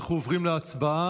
אנחנו עוברים להצבעה.